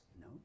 No